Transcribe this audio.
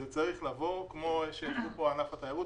זה צריך לבוא כמו בענף התיירות